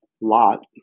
lot